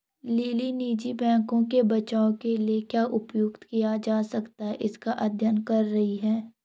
lily निजी बैंकों के बचाव के लिए क्या उपाय किया जा सकता है इसका अध्ययन कर रही है